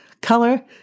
Color